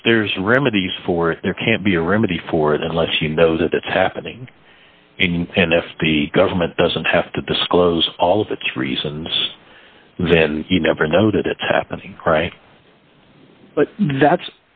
if there's remedies for it there can't be a remedy for it unless you know that it's happening and if the government doesn't have to disclose all of its reasons then you never know that it's happening right but that's